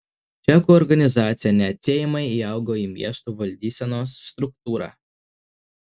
cechų organizacija neatsiejamai įaugo į miestų valdysenos struktūrą